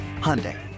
Hyundai